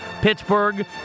Pittsburgh